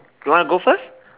you wanna go first